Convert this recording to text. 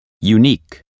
unique